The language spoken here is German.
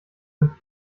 sind